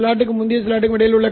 Q demodulator அல்லது ஐ